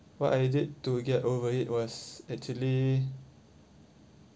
what I did to get over it was actually